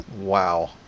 wow